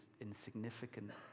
insignificant